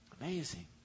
Amazing